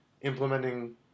implementing